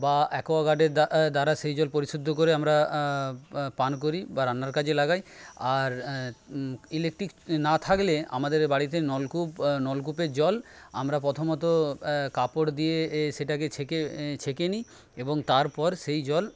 বা অ্যাকোয়াগার্ডের দ্বারা সেই জল পরিশুদ্ধ করে আমরা পান করি বা রান্নার কাজে লাগাই আর ইলেকট্রিক না থাকলে আমাদের বাড়িতে নলকূপ নলকূপের জল আমরা প্রথমত কাপড় দিয়ে সেটাকে ছেঁকে ছেঁকে নিই এবং তারপর সেই জল